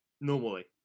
Normally